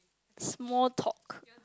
small talk